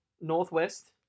Northwest